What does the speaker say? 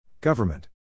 Government